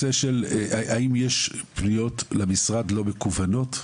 האם יש למשרד פניות לא מקוונות,